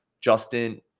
Justin